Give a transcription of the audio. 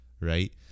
right